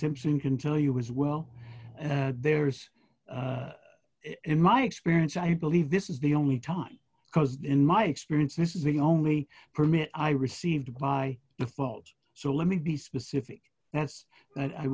simpson can tell you as well there is in my experience i believe this is the only time because in my experience this is the only permit i received by default so let me be specific that's